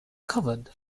covered